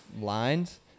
lines